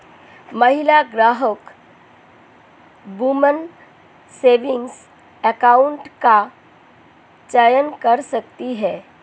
महिला ग्राहक woman saving account का चयन कर सकती है